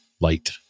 light